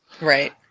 Right